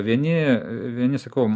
vieni vieni sakau